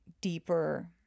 deeper